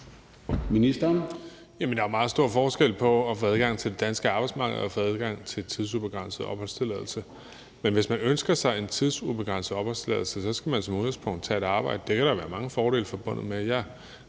Der er jo meget stor forskel på at få adgang til det danske arbejdsmarked og at få adgang til tidsubegrænset opholdstilladelse. Hvis man ønsker sig en tidsubegrænset opholdstilladelse, skal man som udgangspunkt tage et arbejde, og det kan der være mange fordele forbundet med. Jeg